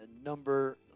number